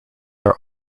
are